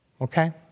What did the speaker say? Okay